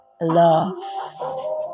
love